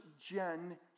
gen